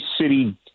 city